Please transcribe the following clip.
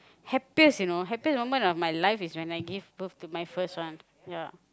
happiest you know happiest moment of my life is when I give birth to my first one ya